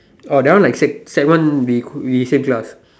oh that one like sec like sec one we we same class